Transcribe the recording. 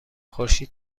خورشید